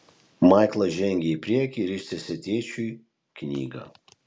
maiklas žengė į priekį ir ištiesė tėčiui knygą